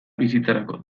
bizitzarako